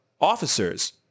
officers